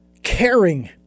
Caring